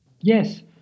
Yes